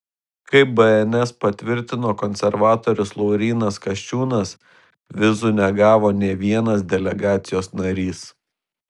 kaip bns patvirtino konservatorius laurynas kasčiūnas vizų negavo nė vienas delegacijos narys